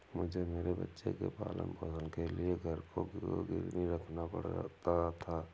मुझे मेरे बच्चे के पालन पोषण के लिए घर को गिरवी रखना पड़ा था